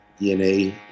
dna